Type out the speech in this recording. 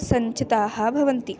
सञ्चिताः भवन्ति